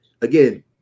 again